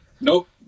Nope